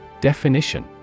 Definition